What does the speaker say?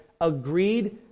agreed